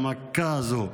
במכה הזו,